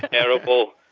terrible.